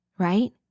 Right